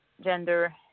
gender